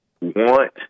want